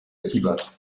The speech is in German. siebert